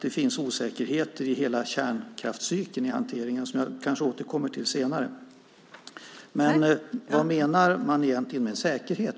Det finns också osäkerheter i hela kärnkraftscykeln i hanteringen, och det återkommer jag kanske till senare. Men vad menar egentligen alliansen med säkerhet?